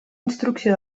instrucció